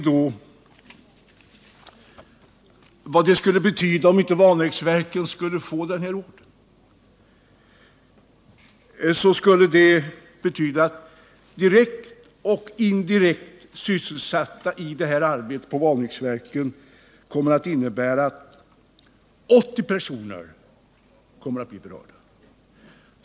Om Vanäsverken inte skulle få den här ordern kommer av direkt och indirekt sysselsatta 80 personer att beröras.